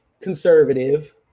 conservative